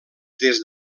des